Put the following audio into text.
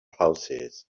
houses